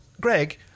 Greg